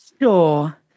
Sure